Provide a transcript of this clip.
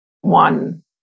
one